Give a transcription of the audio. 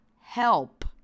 help